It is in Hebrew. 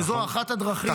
וזו אחת הדרכים.